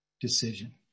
decision